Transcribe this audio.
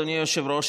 אדוני היושב-בראש,